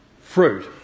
fruit